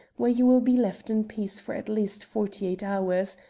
where you will be left in peace for at least forty-eight hours,